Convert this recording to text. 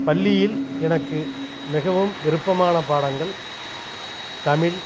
பள்ளியில் எனக்கு மிகவும் விருப்பமானப் பாடங்கள் தமிழ்